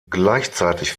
gleichzeitig